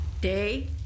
Day